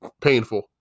painful